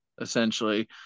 essentially